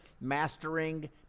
Mastering